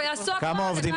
זו מדיניות.